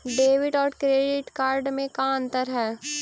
Debit और credit card में का अंतर है?